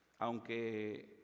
aunque